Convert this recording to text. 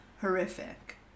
horrific